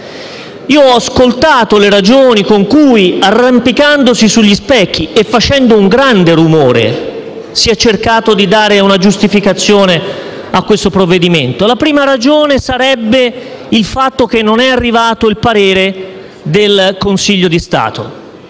Ho ascoltato le ragioni con cui, arrampicandosi sugli specchi e facendo un grande rumore, si è cercato di dare una giustificazione al provvedimento. La prima ragione risiederebbe nel fatto che non è arrivato il parere del Consiglio di Stato.